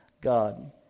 God